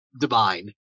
divine